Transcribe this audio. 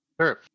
Sure